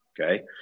okay